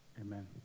Amen